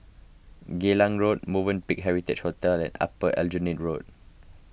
Geylang Road Movenpick Heritage Hotel and Upper Aljunied Road